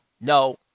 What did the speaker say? no